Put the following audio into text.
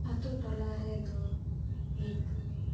ᱟᱛᱳ ᱴᱚᱞᱟ ᱨᱮᱫᱚ ᱢᱤᱴᱷᱩ